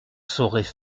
sauraient